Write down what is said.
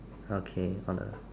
okay on a